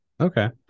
okay